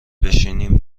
بشینیم